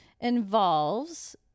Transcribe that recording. involves